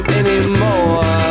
anymore